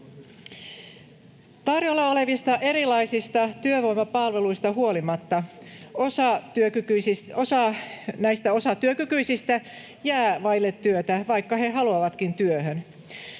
Tarjolla olevista erilaisista työvoimapalveluista huolimatta osa näistä osatyökykyisistä jää vaille työtä, vaikka he haluavatkin työhön.